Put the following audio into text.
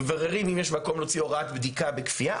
מבררים אם יש מקום להוציא הוראת בדיקה בכפייה.